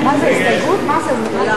ההסתייגות של חברת הכנסת